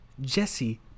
Jesse